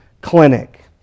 clinic